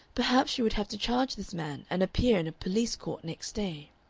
perhaps she would have to charge this man and appear in a police-court next day.